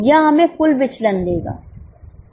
यह हमें कुल विचलन देगा